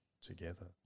together